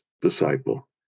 disciple